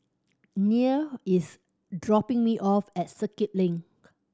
Neal is dropping me off at Circuit Link